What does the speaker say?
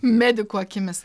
medikų akimis